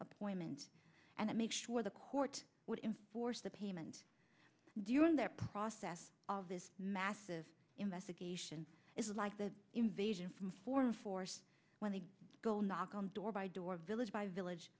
appointments and make sure the court would enforce the payment during their process of this massive investigation is like the invasion from for force when they go knock on door by door village by village